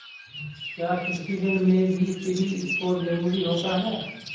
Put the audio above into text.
क्या कृषि ऋण में भी सिबिल स्कोर जरूरी होता है?